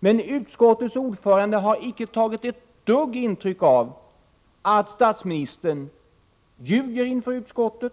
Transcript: Men utskottets ordförande har inte tagit något som helst intryck av att statsministern ljög inför utskottet